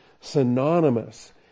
Synonymous